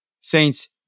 Saints